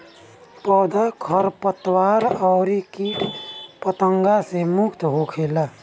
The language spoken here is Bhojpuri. पौधा खरपतवार अउरी किट पतंगा से मुक्त होखेला